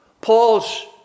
Paul's